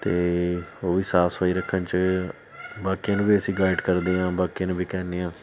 ਅਤੇ ਉਹ ਵੀ ਸਾਫ ਸਫਾਈ ਰੱਖਣ 'ਚ ਬਾਕੀਆਂ ਨੂੰ ਵੀ ਅਸੀਂ ਗਾਈਡ ਕਰਦੇ ਹਾਂ ਬਾਕੀਆਂ ਨੂੰ ਵੀ ਕਹਿੰਦੇ ਹਾਂ